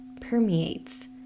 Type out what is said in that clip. permeates